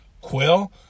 Quill